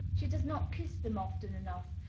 she does not kiss them often enough,